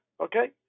Okay